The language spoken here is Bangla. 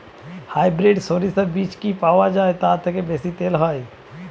হাইব্রিড শরিষা বীজ কি পাওয়া য়ায় যা থেকে বেশি তেল হয়?